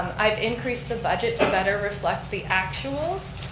i've increased the budget to better reflect the actuals.